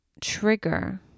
trigger